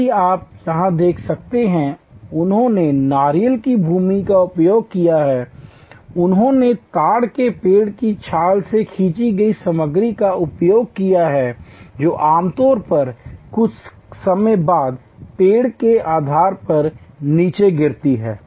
यदि आप यहाँ देख सकते हैं उन्होंने नारियल की भूसी का उपयोग किया है उन्होंने ताड़ के पेड़ की छाल से खींची गई सामग्री का उपयोग किया है जो आमतौर पर कुछ समय बाद पेड़ के आधार पर नीचे गिरती है